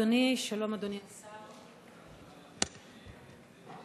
שכשאנחנו מדברים על גיור כהלכה אנחנו